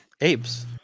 Apes